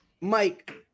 Mike